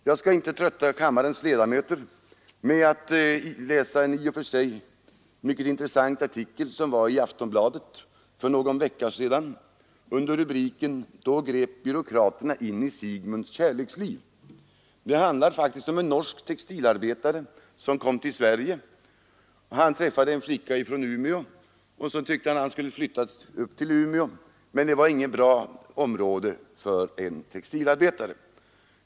Jag skall inte trötta kammarens ledamöter med att läsa en i och för sig mycket intressant artikel som var införd i Aftonbladet för någon vecka sedan under rubriken ”——— men då grep byråkraterna in i Sigmunds kärleksliv”. Det handlar faktiskt om en norsk textilarbetare som kom till Sverige. Han träffade en flicka från Umeå. Han tyckte att han skulle flytta upp till Umeå, men det var inget bra område för en textilarbetare.